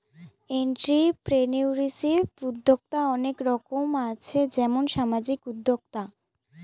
entrepreneurship উদ্যক্তা অনেক রকম আছে যেমন সামাজিক উদ্যোক্তা